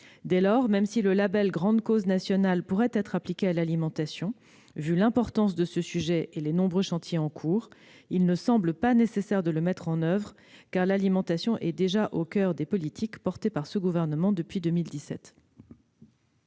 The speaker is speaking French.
Dès lors, même si le label « grande cause nationale » peut être appliqué à l'alimentation au regard de son importance et des nombreux chantiers en cours, il ne semble pas nécessaire de le mettre en oeuvre, l'alimentation étant déjà au coeur des politiques portées par le Gouvernement depuis 2017.